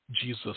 Jesus